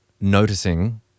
noticing